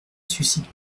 suscite